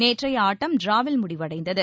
நேற்றைய ஆட்டம் டிராவில் முடிவடைந்தது